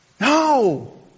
No